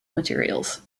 materials